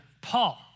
Paul